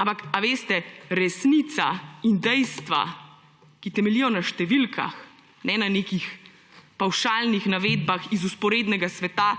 Ampak, a veste, resnica in dejstva, ki temeljijo na številkah, ne na nekih pavšalnih navedbah iz vzporednega sveta